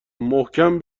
محکم